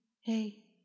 hey